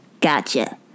Gotcha